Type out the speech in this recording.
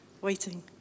Waiting